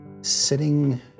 sitting